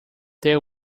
their